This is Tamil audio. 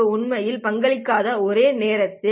க்கு உண்மையில் பங்களிக்காத ஒரே நேரத்தில்